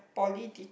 poly teacher